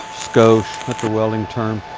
skosh, that's a welding term.